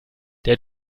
der